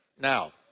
Now